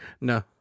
No